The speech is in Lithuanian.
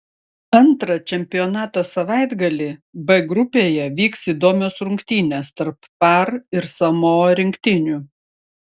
antrą čempionato savaitgalį b grupėje vyks įdomios rungtynės tarp par ir samoa rinktinių